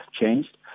changed